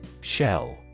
Shell